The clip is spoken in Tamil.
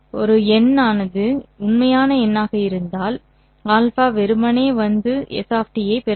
number ஒரு உண்மையான எண்ணாக இருந்தால் α வெறுமனே வந்து s ஐ பெருக்கும்